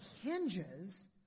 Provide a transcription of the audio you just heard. hinges